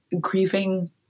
grieving